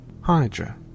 Hydra